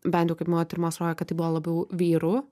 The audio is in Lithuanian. bent jau kaip mano tyrimas rodė kad tai buvo labiau vyrų